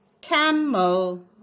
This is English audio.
Camel